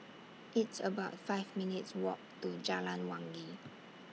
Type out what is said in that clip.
It's about five minutes' Walk to Jalan Wangi